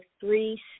three